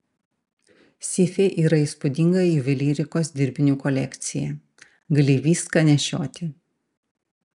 seife yra įspūdinga juvelyrikos dirbinių kolekcija gali viską nešioti